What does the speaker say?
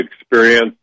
experience